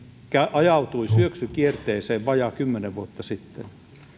ajautui syöksykierteeseen vajaa kymmenen vuotta sitten ja